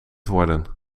worden